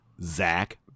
Zach